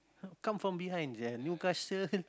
come from behind eh Newcastle